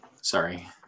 Sorry